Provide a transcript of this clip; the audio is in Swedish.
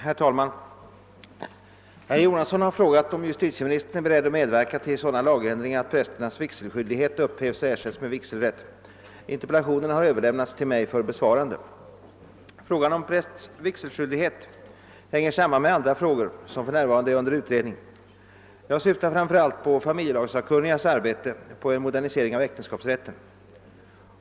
Herr talman! Herr Jonasson har frågat, om justitieministern är beredd att medverka till sådana lagändringar att prästernas vigselskyldighet upphävs och ersätts med vigselrätt. Interpellationen har överlämnats till mig för besvarande. Frågan om prästs vigselskyldighet hänger samman med andra frågor, som för närvarande är under utredning. Jag syftar framför allt på familjelagssakkunnigas arbete på en modernisering av äktenskapsrätten.